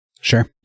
Sure